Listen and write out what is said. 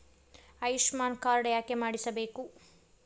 Ayushman card ಯಾಕೆ ಮಾಡಿಸಬೇಕು?